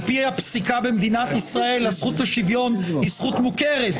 על פי הפסיקה במדינת ישראל הזכות לשוויון היא זכות מוכרת.